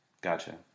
Gotcha